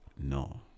No